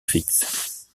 fixe